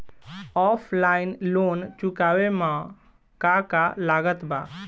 Offline loan चुकावे म का का लागत बा?